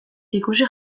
ikusi